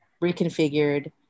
reconfigured